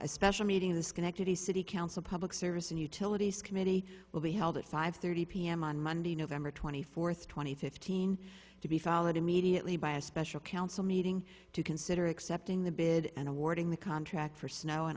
special meeting the schenectady city council public service and utilities committee will be held at five thirty p m on monday november twenty fourth two thousand and fifteen to be followed immediately by a special council meeting to consider accepting the bid and awarding the contract for snow and